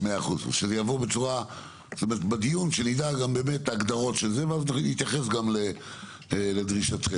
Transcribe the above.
שנדע בדיון הגדרות של זה באמת ונתייחס גם לדרישתכם.